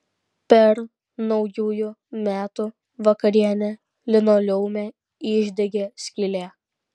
per naujųjų metų vakarienę linoleume išdegė skylė